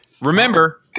Remember